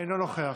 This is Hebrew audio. אינו נוכח,